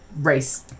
race